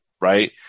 right